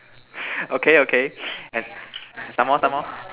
okay okay and some more some more